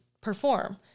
perform